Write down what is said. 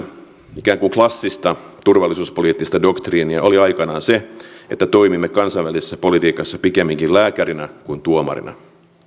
ikään kuin klassista turvallisuuspoliittista doktriinia oli aikanaan se että toimimme kansainvälisessä politiikassa pikemminkin lääkärinä kuin tuomarina